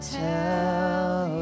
tell